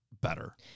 better